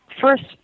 first